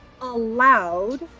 allowed